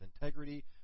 integrity